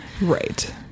Right